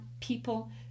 people